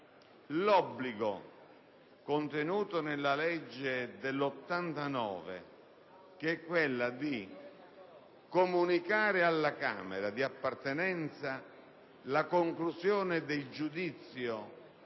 l'obbligo, contenuto nella legge del 1989, di comunicare alla Camera di appartenenza la conclusione del giudizio